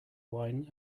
wine